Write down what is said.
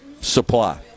supply